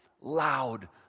loud